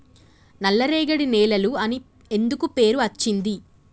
నల్లరేగడి నేలలు అని ఎందుకు పేరు అచ్చింది?